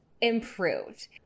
improved